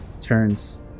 Turns